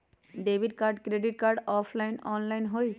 Debit card credit card offline online होई?